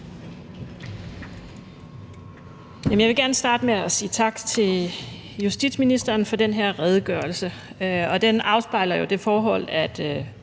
Jeg vil gerne starte med at sige tak til justitsministeren for den her redegørelse. Den afspejler jo det forhold, at